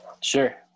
sure